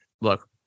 look